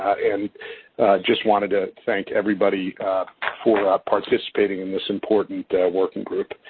and just wanted to thank everybody for participating in this important working group.